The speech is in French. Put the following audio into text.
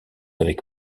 avec